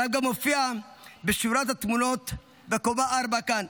הרב גם מופיע בשורת התמונות בקומה 4 כאן,